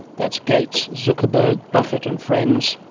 that's gates, zuckerberg, buffett and friends.